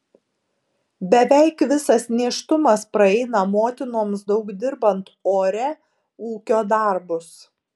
beveik visas nėštumas praeina motinoms daug dirbant ore ūkio darbus